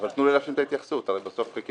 אבל תנו לי להשלים את ההתייחסות, הרי בסוף חיכינו.